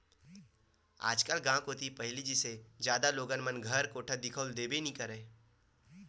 आजकल गाँव कोती पहिली जइसे जादा लोगन मन घर कोठा दिखउल देबे नइ करय